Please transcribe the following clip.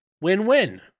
Win-win